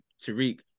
Tariq